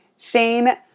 Shane